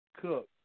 cook